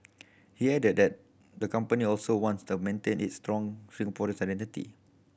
he added that the company also wants the maintain its strong Singaporean identity